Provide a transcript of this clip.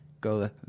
go